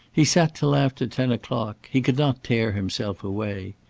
he sat till after ten o'clock he could not tear himself away.